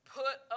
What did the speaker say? put